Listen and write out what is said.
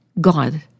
God